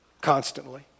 constantly